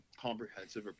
comprehensive